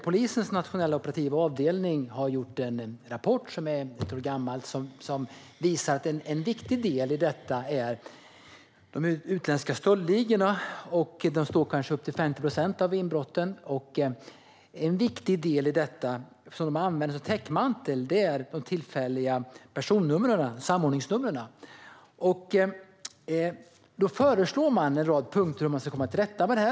Polisens nationella operativa avdelning har i en rapport, som är ett år gammal, visat att de utländska stöldligorna står för kanske 50 procent av inbrotten och att de använder de tillfälliga personnumren, samordningsnumren, som täckmantel. Man föreslår en rad punkter för att komma till rätta med detta.